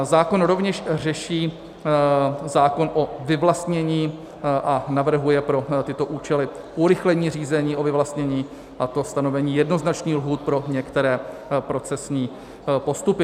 Zákon rovněž řeší zákon o vyvlastnění a navrhuje pro tyto účely urychlení řízení o vyvlastnění, a to stanovení jednoznačných lhůt pro některé procesní postupy.